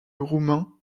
roumain